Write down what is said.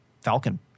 Falcon